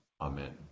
Amen